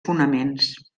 fonaments